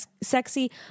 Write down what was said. sexy